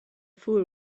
fool